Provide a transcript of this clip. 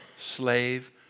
slave